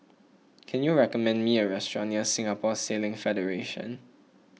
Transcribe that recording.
can you recommend me a restaurant near Singapore Sailing Federation